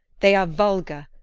they are vulgar.